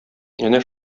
әнә